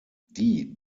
die